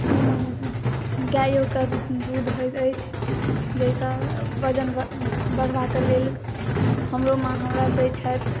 एहिमे गाइओके दूध होइत अछि जाहिसँ वजन बढ़ेबाके लेल हमरो माँ हमरा दै छथि